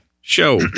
show